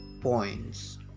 points